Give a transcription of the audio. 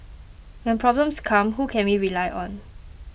when problems come who can we rely on